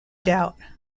doubt